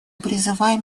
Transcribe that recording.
призываем